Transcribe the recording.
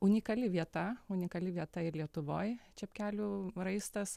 unikali vieta unikali vieta ir lietuvoj čepkelių raistas